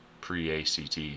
pre-ACT